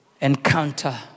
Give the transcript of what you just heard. encounter